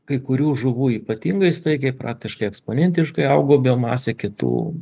kai kurių žuvų ypatingai staigiai praktiškai eksponentiškai augo biomasė kitų